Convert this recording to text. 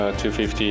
250